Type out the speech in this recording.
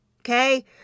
Okay